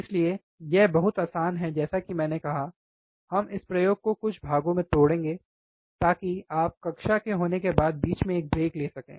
इसलिए यह बहुत आसान है जैसा कि मैंने कहा हम इस प्रयोग को कुछ भागों में तोड़ेंगे ताकि आप कक्षा होने के बाद बीच में एक ब्रेक ले सकें